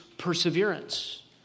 perseverance